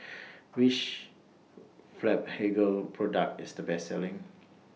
Which Blephagel Product IS The Best Selling